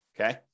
Okay